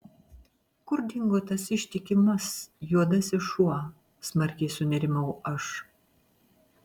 kur dingo tas ištikimas juodasis šuo smarkiai sunerimau aš